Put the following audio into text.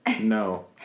No